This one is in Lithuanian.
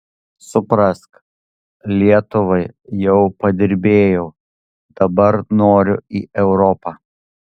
suprask lietuvai jau padirbėjau dabar noriu į europą